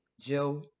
Joe